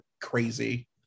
crazy